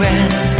end